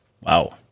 Wow